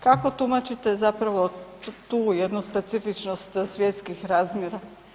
Kako tumačite zapravo tu jednu specifičnost svjetskih razmjera?